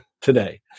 today